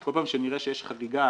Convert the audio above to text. כל פעם שנראה שיש חריגה